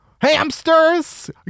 Hamsters